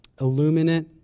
Illuminate